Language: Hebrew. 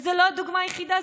וזו לא הדוגמה היחידה,